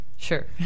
Sure